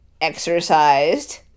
exercised